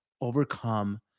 overcome